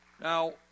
Now